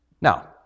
Now